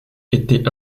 étaient